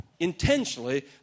intentionally